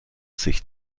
sich